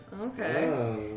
Okay